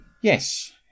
Yes